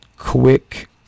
Quick